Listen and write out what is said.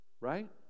right